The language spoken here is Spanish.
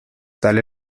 dale